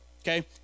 Okay